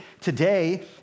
today